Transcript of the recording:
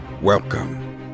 Welcome